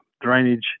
drainage